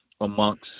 amongst